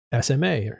SMA